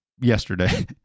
yesterday